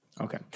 Okay